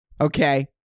okay